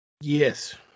Yes